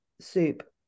soup